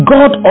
God